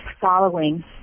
following